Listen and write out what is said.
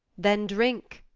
then drink,